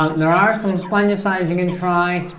there are some fungicides you can try.